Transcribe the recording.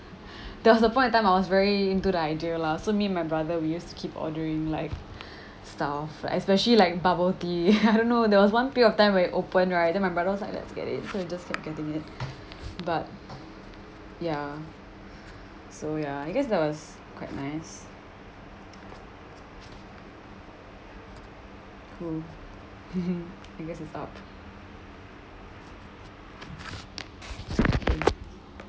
there was the point of time I was very into the idea lah so me and my brother we used to keep ordering like stuff especially like bubble tea I don't know there was one period of time when it opened right then my brother was like let's get it so we just kept getting it but ya so ya I guess that was quite nice hmm I guess it stopped